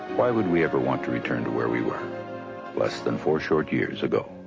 why would we ever want to return to where we were less than four short years ago?